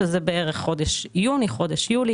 שזה בערך חודש יוני-יולי.